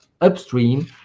upstream